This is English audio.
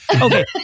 okay